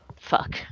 Fuck